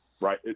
right